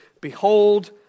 Behold